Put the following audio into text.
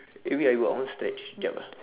eh wait ah ibu I want to stretch sekejap ah